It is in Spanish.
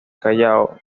callao